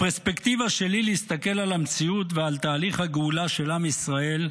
הפרספקטיבה שלי להסתכל על המציאות ועל תהליך הגאולה של עם ישראל,